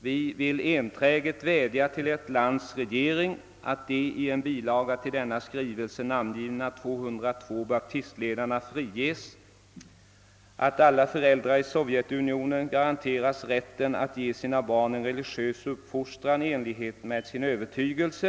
»Vi vill enträget vädja till Ert lands regering: 1. att de i en bilaga till denna skrivelse namngivna 202 baptistledarna friges och rehabiliteras. 2. att alla föräldrar i Sovjetunionen garanteras rätten att ge sina barn en religiös uppfostran i enlighet med sin övertygelse.